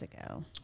ago